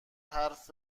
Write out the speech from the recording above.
حرف